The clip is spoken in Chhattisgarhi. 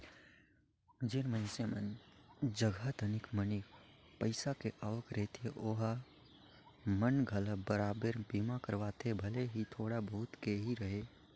जेन मइनसे मन जघा तनिक मनिक पईसा के आवक रहथे ओहू मन घला बराबेर बीमा करवाथे भले ही थोड़ा बहुत के ही रहें